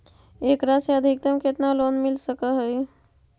एकरा से अधिकतम केतना लोन मिल सक हइ?